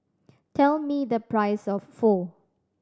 tell me the price of Pho